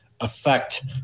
affect